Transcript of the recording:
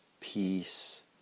peace